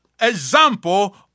example